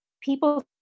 people